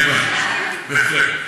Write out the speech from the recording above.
בהחלט.